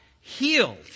healed